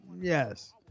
Yes